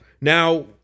Now